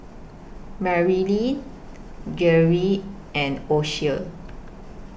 Marilynn Geary and Ocie